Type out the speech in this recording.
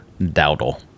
Dowdle